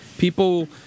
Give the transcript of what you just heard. People